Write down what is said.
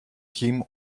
him